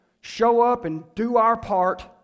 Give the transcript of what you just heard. show-up-and-do-our-part